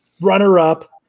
runner-up